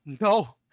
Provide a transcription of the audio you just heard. No